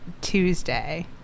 Tuesday